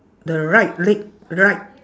the right leg right